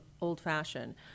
old-fashioned